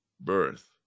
birth